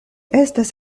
estas